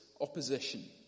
opposition